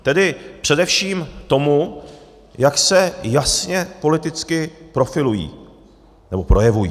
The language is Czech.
Tedy především tomu, jak se jasně politicky profilují nebo projevují.